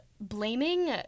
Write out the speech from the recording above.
blaming